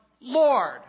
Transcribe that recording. Lord